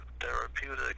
therapeutic